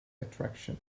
attraction